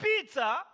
pizza